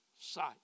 sight